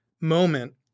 moment